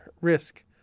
risk